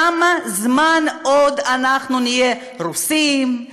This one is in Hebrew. כמה זמן אנחנו עוד נהיה רוסים,